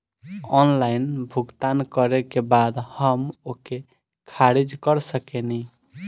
Online भुगतान करे के बाद हम ओके खारिज कर सकेनि?